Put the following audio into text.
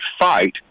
fight